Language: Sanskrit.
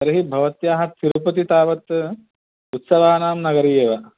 तर्हि भवत्याः तिरुपतितावत् उत्सवानां नगरी एव